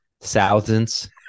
thousands